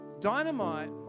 Dynamite